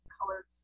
colored